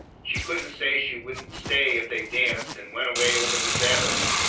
she couldn't say she wouldn't stay if they danced and went away over the sabbath.